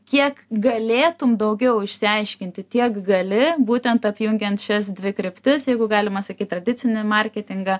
kiek galėtum daugiau išsiaiškinti tiek gali būtent apjungiant šias dvi kryptis jeigu galima sakyt tradicinį marketingą